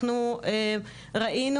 אנחנו ראינו,